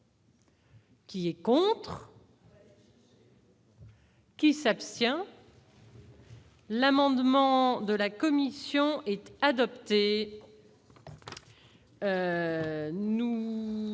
Qui est contre. Qui s'abstient. L'amendement de la commission et. Adopté nous